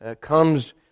comes